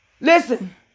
listen